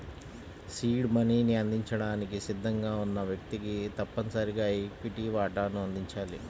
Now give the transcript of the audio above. seed మనీని అందించడానికి సిద్ధంగా ఉన్న వ్యక్తికి తప్పనిసరిగా ఈక్విటీ వాటాను అందించాలి